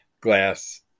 glass